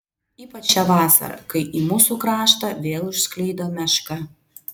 ypač šią vasarą kai į mūsų kraštą vėl užklydo meška